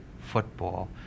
football